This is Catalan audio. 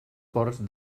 porcs